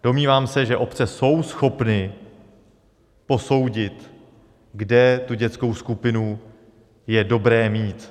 Domnívám se, že obce jsou schopny posoudit, kde tu dětskou skupinu je dobré mít.